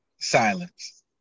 silence